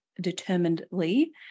determinedly